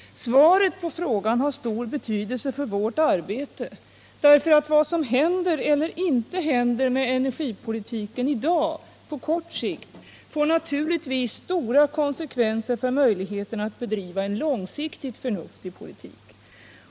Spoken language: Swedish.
Svaret på frågan har stor betydelse för vårt arbete. Vad som händer — och inte händer — med energipolitiken på kort sikt får naturligtvis stora konsekvenser för möjligheten att bedriva en långsiktigt förnuftig politik.